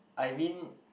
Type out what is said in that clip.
I mean